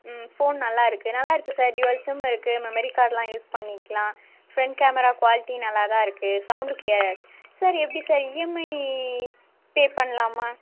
ம் ஃபோன் நல்லா இருக்கு நல்லா இருக்கு சார் டூயல் சிம் இருக்கு மெமரி கார்டு எல்லாம் யூஸ் பண்ணிக்கலாம் ஃப்ரண்ட் கேமரா குவாலிட்டி நல்லா தான் இருக்கு சவுண்ட் க்ளியராக இருக்கு சார் எப்படி சார் இஎம்ஐ பே பண்ணலாமா